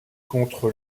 contre